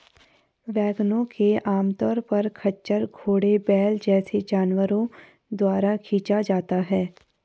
वैगनों को आमतौर पर खच्चर, घोड़े, बैल जैसे जानवरों द्वारा खींचा जाता है